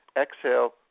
Exhale